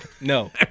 No